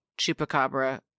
Chupacabra